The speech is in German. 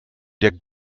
der